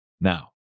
Now